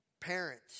parents